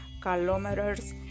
kilometers